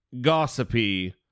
gossipy